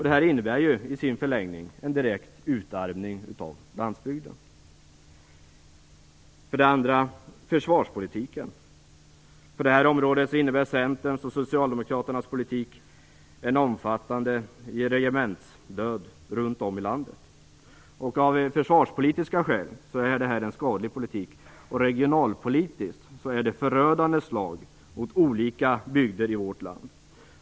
Detta innebär i sin förlängning en direkt utarmning av landsbygden. För det andra gäller det försvarspolitiken. På detta område innebär Centerns och Socialdemokraternas politik en omfattande regementsdöd runt om i landet. Av försvarspolitiska skäl är detta en skadlig politik, och regionalpolitiskt är det ett förödande slag mot olika bygder i vårt land.